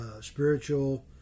spiritual